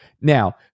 Now